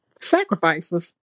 sacrifices